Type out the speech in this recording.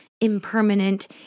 impermanent